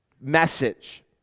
message